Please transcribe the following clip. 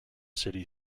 city